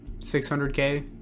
600K